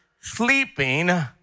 sleeping